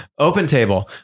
OpenTable